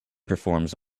performs